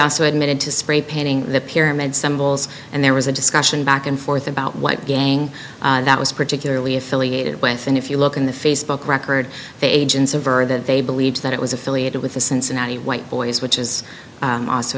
also admitted to spray painting the pyramid symbols and there was a discussion back and forth about what gang that was particularly affiliated with and if you look in the facebook record agents of or that they believe that it was affiliated with the cincinnati white boys which is also